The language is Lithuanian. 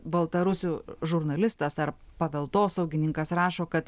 baltarusių žurnalistas ar paveldosaugininkas rašo kad